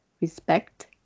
respect